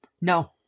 No